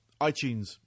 iTunes